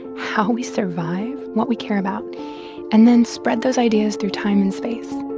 how we survive, what we care about and then spread those ideas through time and space